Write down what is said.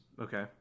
Okay